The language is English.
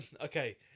Okay